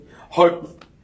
hope